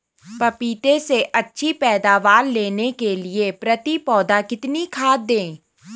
पपीते से अच्छी पैदावार लेने के लिए प्रति पौधा कितनी खाद दें?